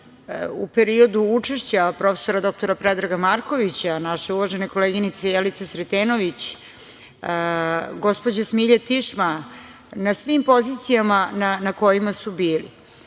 u periodu učešća prof. dr Predraga Markovića, naše uvažene koleginice Jelice Sretenović, gospođe Smilje Tišma, na svim pozicijama na kojima su bili.Zašto